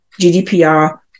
GDPR